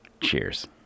Cheers